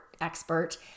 expert